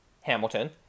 Hamilton